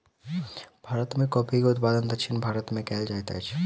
भारत में कॉफ़ी के उत्पादन दक्षिण भारत में कएल जाइत अछि